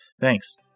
thanks